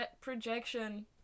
projection